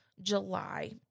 July